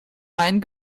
main